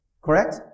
correct